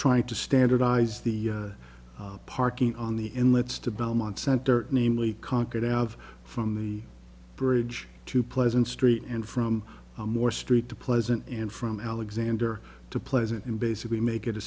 trying to standardize the parking on the inlets to belmont sent dirt namely conquered out from the bridge to pleasant street and from more street to pleasant and from alexander to pleasant and basically make it a